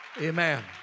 Amen